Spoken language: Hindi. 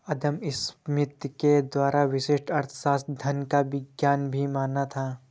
अदम स्मिथ के द्वारा व्यष्टि अर्थशास्त्र धन का विज्ञान भी माना था